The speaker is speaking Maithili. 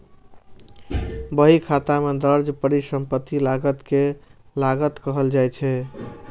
बहीखाता मे दर्ज परिसंपत्ति लागत कें लागत कहल जाइ छै